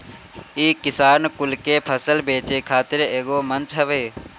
इ किसान कुल के फसल बेचे खातिर एगो मंच हवे